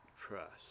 trust